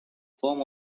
form